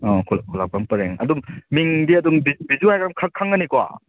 ꯑꯣ ꯈꯨꯜꯂꯥꯛꯄꯝ ꯄꯔꯦꯡ ꯑꯗꯨꯝ ꯃꯤꯡꯗꯤ ꯑꯗꯨꯝ ꯕꯤꯖꯨ ꯍꯥꯏꯔ ꯑꯗꯨꯝ ꯉꯅꯤꯀꯣ